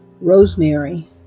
rosemary